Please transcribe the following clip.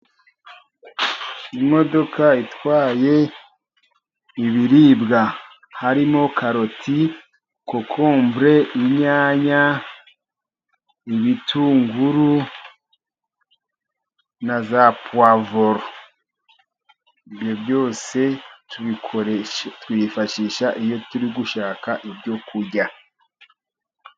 Imodoka itwaye ibiribwa. Harimo karoti, kokombure, inyanya, ibitunguru na za puwavuro. Ibyo byose tubyifashisha iyo turi gushaka ibyo kurya.